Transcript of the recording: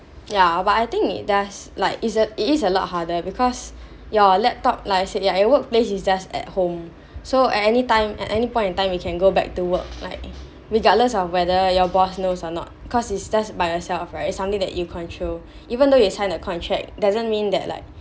ya but I think it does like is a it is a lot harder because your laptop like I said your workplace is just at home so at anytime at any point of time we can go back to work like regardless of whether your boss knows or not cause it's just by yourself right it's something that you control even though you have signed a contract doesn't mean that like